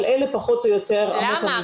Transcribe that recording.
אבל אלה פחות או יותר אמות המידה --- למה?